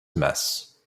mess